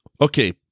Okay